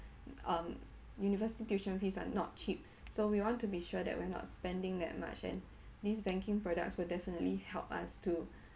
um university tuition fees are not cheap so we want to be sure that we're not spending that much and these banking products will definitely help us to